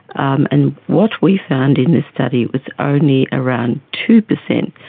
um and what we found in this study was only around two percent.